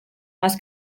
más